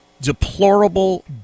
Deplorable